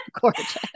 Gorgeous